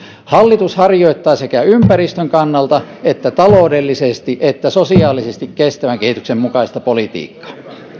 hallitus harjoittaa sekä ympäristön kannalta että taloudellisesti että sosiaalisesti kestävän kehityksen mukaista politiikkaa